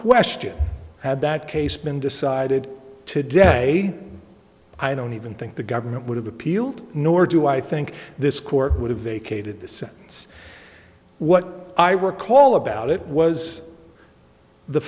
question had that case been decided today i don't even think the government would have appealed nor do i think this court would have vacated the sentence what i recall about it was the